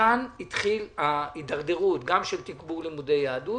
מכאן התחילה ההידרדרות גם של תגבור לימודי יהדות,